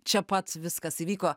čia pat viskas įvyko